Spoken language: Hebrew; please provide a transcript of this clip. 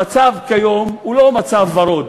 המצב כיום הוא לא מצב ורוד,